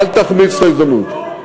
אל תחמיץ את ההזדמנות.